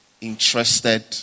interested